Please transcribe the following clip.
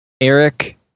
Eric